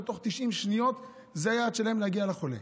90 שניות זה היעד שלהם להגיע לחולה?